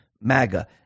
MAGA